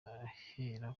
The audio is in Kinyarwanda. ahera